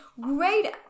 great